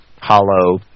hollow